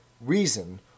reason